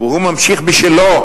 והוא ממשיך בשלו,